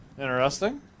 interesting